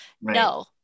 No